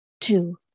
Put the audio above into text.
Two